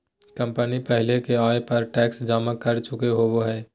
company पहले ही आय पर टैक्स जमा कर चुकय होबो हइ